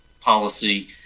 policy